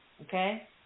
okay